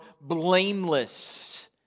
Blameless